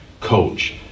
coach